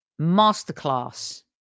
masterclass